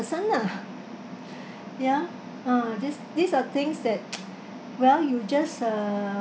the person lah ya ah these these are things that well you just uh